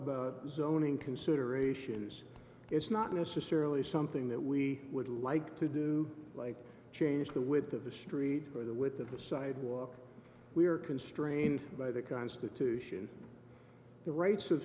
about zoning considerations it's not necessarily something that we would like to do like change the width of the street with the sidewalk we are constrained by the constitution the rights of